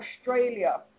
Australia